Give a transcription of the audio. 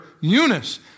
Eunice